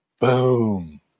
Boom